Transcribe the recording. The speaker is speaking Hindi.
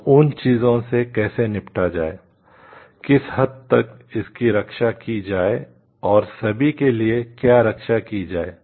तो उन चीजों से कैसे निपटा जाए किस हद तक इसकी रक्षा की जाए और सभी के लिए क्या रक्षा की जाए